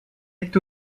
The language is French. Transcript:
est